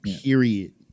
Period